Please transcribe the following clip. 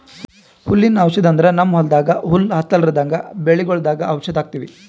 ಹುಲ್ಲಿನ್ ಔಷಧ್ ಅಂದ್ರ ನಮ್ಮ್ ಹೊಲ್ದಾಗ ಹುಲ್ಲ್ ಹತ್ತಲ್ರದಂಗ್ ಬೆಳಿಗೊಳ್ದಾಗ್ ಔಷಧ್ ಹಾಕ್ತಿವಿ